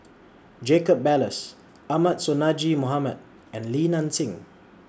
Jacob Ballas Ahmad Sonhadji Mohamad and Li Nanxing